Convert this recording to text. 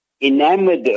enamored